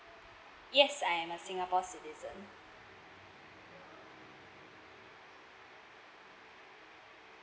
yes I am a singapore citizen